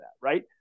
right